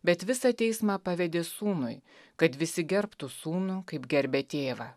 bet visą teismą pavedė sūnui kad visi gerbtų sūnų kaip gerbia tėvą